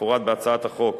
כמפורט בהצעת החוק,